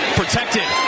protected